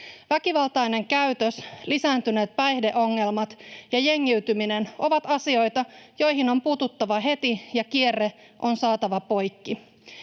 Väkivaltainen käytös, lisääntyneet päihdeongelmat ja jengiytyminen ovat asioita, joihin on puututtava heti ja kierre on saatava poikki.